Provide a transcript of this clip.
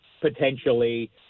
potentially